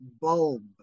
bulb